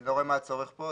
אני לא רואה מה הצורך פה.